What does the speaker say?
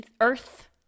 earth